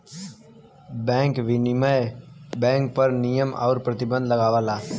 bank विनियमन bank पर नियम आउर प्रतिबंध लगावला